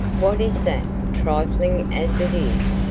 what is that, trifling as it is,